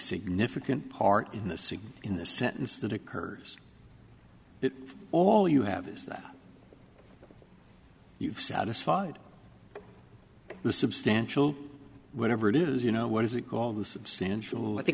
significant part in the sick in the sentence that occurs if all you have is that you've satisfied the substantial whatever it is you know what is it called the substantial i think